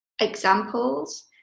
examples